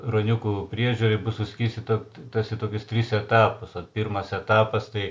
ruoniukų priežiūrai bus suskirstyta tarsi tokius tris etapus ot pirmas etapas tai